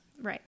Right